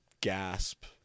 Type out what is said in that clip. gasp